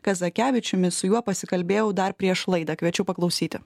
kazakevičiumi su juo pasikalbėjau dar prieš laidą kviečiu paklausyti